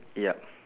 yup